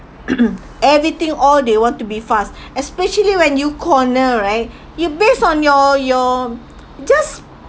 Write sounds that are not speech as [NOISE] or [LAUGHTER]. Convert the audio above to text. [COUGHS] everything all they want to be fast especially when you corner right you based on your your just